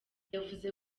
yavuze